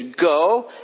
go